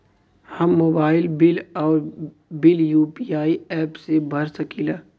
हम mobile bill और bill UPI app से भर सकिला